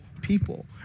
people